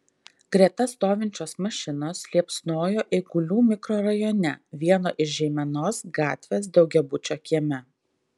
greta stovinčios mašinos liepsnojo eigulių mikrorajone vieno iš žeimenos gatvės daugiabučio kieme